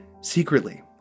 Secretly